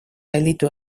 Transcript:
gelditu